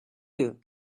you